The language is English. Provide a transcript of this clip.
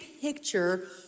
picture